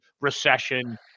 recession